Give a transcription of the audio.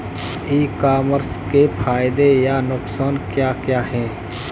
ई commerce के फायदे या नुकसान क्या क्या हैं?